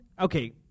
okay